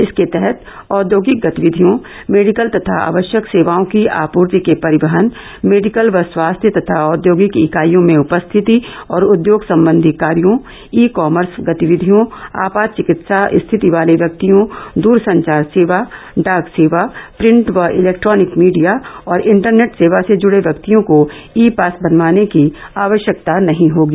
इसके तहत औद्योगिक गतिविधियों मेडिकल तथा आवश्यक सेवाओं की आपूर्ति के परिवहन मेडिकल व स्वास्थ्य तथा औद्योगिक इकाइयों में उपस्थिति और उद्योग सम्बन्धी कार्यो ई कॉमर्स गतिविधियों आपात चिकित्सा स्थिति वाले व्यक्तियों दूरसंचार सेवा डाक सेवा प्रिंट व इलेक्ट्रॉनिक मीडिया और इंटरनेट सेवा से जुड़े व्यक्तियों को ई पास बनवाने की आवश्यकता नहीं होगी